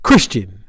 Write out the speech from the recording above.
Christian